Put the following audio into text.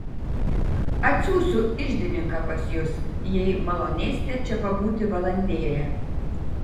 atsiųsiu iždininką pas jus jei malonėsite čia pabūti valandėlę